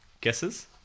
guesses